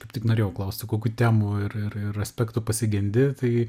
kaip tik norėjau klausti kokių temų ir ir ir aspektu pasigendi tai